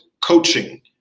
coaching